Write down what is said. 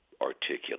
articulate